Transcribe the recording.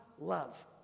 love